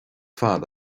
fad